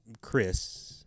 Chris